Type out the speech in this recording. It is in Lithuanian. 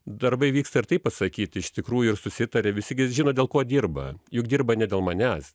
darbai vyksta ir taip pasakyti iš tikrųjų ir susitari visi žino dėl ko dirba juk dirba ne dėl manęs